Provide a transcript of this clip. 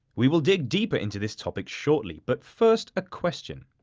we will dig deeper into this topic shortly, but first, a question.